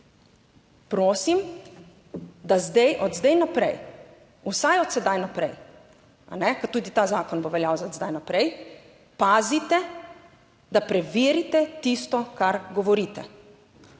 prosim, da zdaj, od zdaj naprej, vsaj od sedaj naprej, kajne, ker tudi ta zakon bo veljal za, od zdaj naprej, pazite, da preverite tisto, kar govorite.